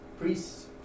priests